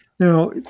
Now